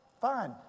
fine